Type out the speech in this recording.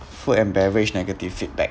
food and beverage negative feedback